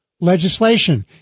Legislation